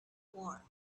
war